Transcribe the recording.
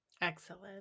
Excellent